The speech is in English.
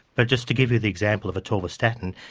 but just to give you the example of atorvastatin,